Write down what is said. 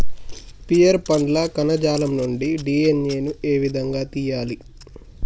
Pear పండ్ల కణజాలం నుండి డి.ఎన్.ఎ ను ఏ విధంగా తియ్యాలి?